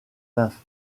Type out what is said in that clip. nymphes